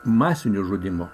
masinio žudymo